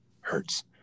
hurts